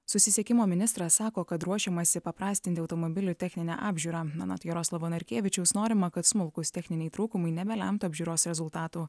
susisiekimo ministras sako kad ruošiamasi paprastinti automobilių techninę apžiūrą anot jaroslavo narkevičiaus norima kad smulkūs techniniai trūkumai nebelemtų apžiūros rezultatų